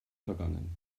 vergangen